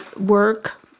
work